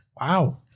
Wow